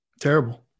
Terrible